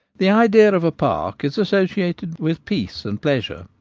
the idea of a park is associated with peace and pleasure,